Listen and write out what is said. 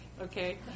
okay